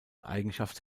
eigenschaft